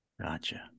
Gotcha